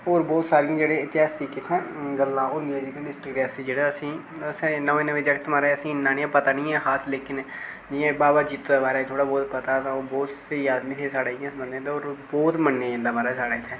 होर बौह्त सारियां जेह्ड़ियां इतेहासक इत्थें गल्लां होंदियां डिस्टिक रियासी जेह्ड़ा असेंगी अस नमें नमें जागत महाराज असेंगी इन्ना पता निं ऐ खास लेकिन जियां बाबा जित्तो दे बारे च थोह्ड़ा बौह्त पता ऐ तां ओह् बौह्त स्हेई आदमी हे बौह्त मन्नेआ जंदा महाराज साढ़ा इत्थें